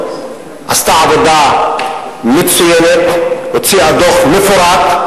ועשתה עבודה מצוינת והוציאה דוח מפורט.